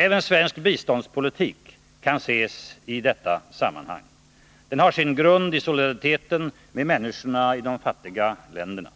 Även svensk biståndspolitik kan ses i detta sammanhang. Den har sin grund i solidariteten med människorna i de fattiga länderna.